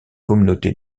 communauté